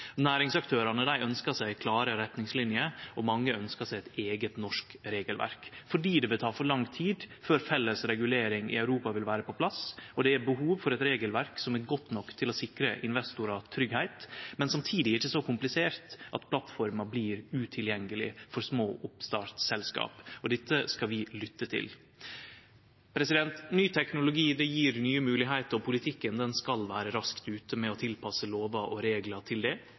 Næringsaktørane ønskjer seg klare retningslinjer, og mange ønskjer seg eit eige norsk regelverk, fordi det vil ta for lang tid før felles regulering i Europa vil vere på plass, og det er behov for eit regelverk som er godt nok til å sikre investorar tryggleik, men samtidig ikkje så komplisert at plattforma blir utilgjengeleg for små oppstartsselskap. Dette skal vi lytte til. Ny teknologi gjev nye moglegheiter, og politikken skal vere raskt ute med å tilpasse lover og reglar til det.